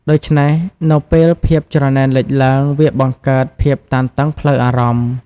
ដូច្នេះ នៅពេលភាពច្រណែនលេចឡើង វាបង្កើតភាពតានតឹងផ្លូវអារម្មណ៍។